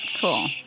Cool